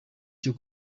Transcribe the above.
cyo